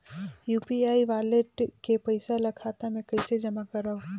UPI wallet के पईसा ल खाता मे कइसे जमा करव?